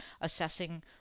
assessing